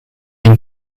and